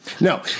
no